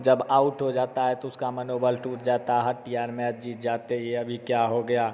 जब आउट हो जाता है तो उसका मनोबल टूट जाता है यार मैच जीत जाते ये अभी क्या हो गया